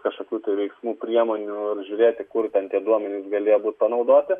kažkokių tai veiksmų priemonių ir žiūrėti kur tie duomenysi galėjo būti panaudoti